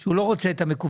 שהוא לא רוצה את המקוון,